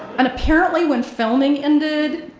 and apparently when filming ended,